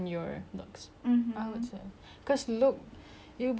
you nampak macam you muda tapi kalau you jalan sikit jer dah penat